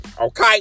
okay